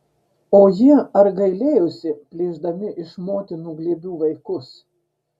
o jie ar gailėjosi plėšdami iš motinų glėbių vaikus